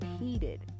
heated